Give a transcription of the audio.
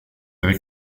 avec